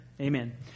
amen